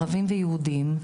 ערבים ויהודים,